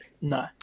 No